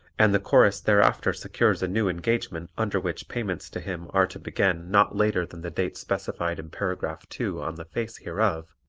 and the chorus thereafter secures a new engagement under which payments to him are to begin not later than the date specified in paragraph two on the face hereof,